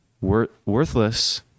worthless